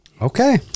Okay